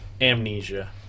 Amnesia